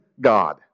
God